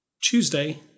Tuesday